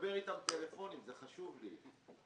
לדבר איתם טלפונית, זה חשוב לי.